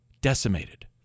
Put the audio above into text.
decimated